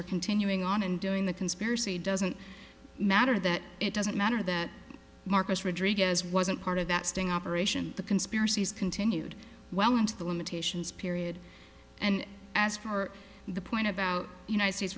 are continuing on and doing the conspiracy doesn't matter that it doesn't matter that marcus rodriguez wasn't part of that sting operation the conspiracies continued well into the limitations period and as for the point about united states